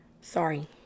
Sorry